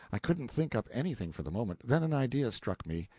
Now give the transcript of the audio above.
i couldn't think up anything for the moment. then an idea struck me,